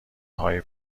های